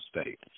State